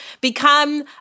Become